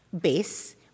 base